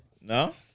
No